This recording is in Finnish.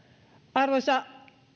arvoisa